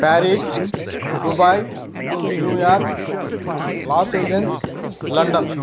Paris Dubai New York Los Angeles London